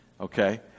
Okay